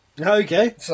Okay